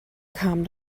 kam